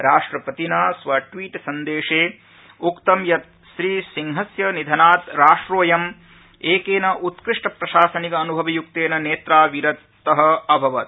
राष्ट्रपतिना स्वट्वीटसन्देशे उक्तं यत् श्रीसिंहस्य निधनात् राष्ट्रोब्यं एकेन उत्कृष्ट प्रशासनिक अनुभवयुक्तेन नेत्रा विरत अभवत्